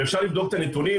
ואפשר לבדוק את הנתונים,